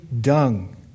dung